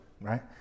right